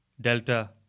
Delta